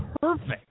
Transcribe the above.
perfect